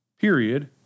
period